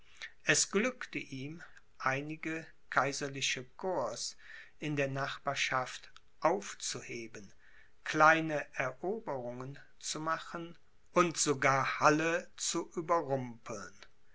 es glückte ihm einige kaiserliche corps in der nachbarschaft aufzuheben kleine eroberungen zu machen und sogar halle zu überrumpeln